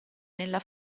nella